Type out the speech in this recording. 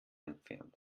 entfernt